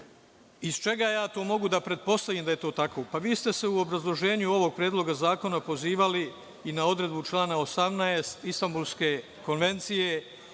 čega ja to mogu da pretpostavim da je to tako? Vi ste se u obrazloženju ovog predloga zakona pozivali i na odredbu člana 18. Istanbulske konvencije